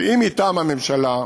היא מטעם הממשלה,